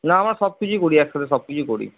না আমরা সব কিছুই করি একসাথে সব কিছুই করি